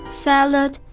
salad